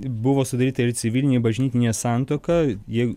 buvo sudaryta ir civilinė bažnytinė santuoka jei